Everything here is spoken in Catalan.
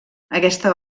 aquesta